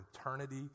eternity